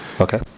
Okay